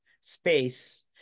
space